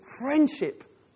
Friendship